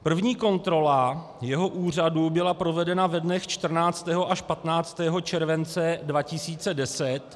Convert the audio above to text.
První kontrola jeho úřadu byla provedena ve dnech 14. až 15. července 2010...